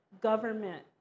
government